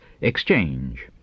exchange